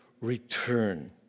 return